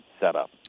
setup